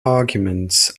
arguments